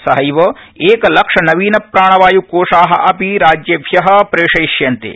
सहब एकलक्ष नवीन प्राणवाय् कोषाः अपि राज्येभ्य प्रेषयिष्यन्ते